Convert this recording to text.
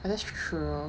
that's true